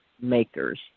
makers